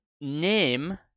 Name